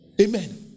Amen